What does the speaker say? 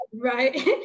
Right